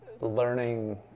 learning